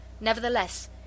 Nevertheless